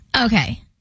Okay